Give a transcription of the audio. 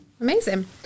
Amazing